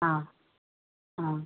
ആ ആ